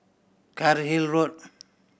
Cairnhill Road